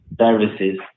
services